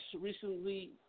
recently